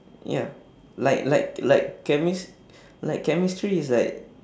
ya like like like chemis~ like chemistry is like